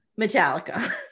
metallica